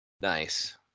Nice